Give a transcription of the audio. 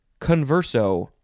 converso